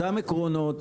אותם עקרונות,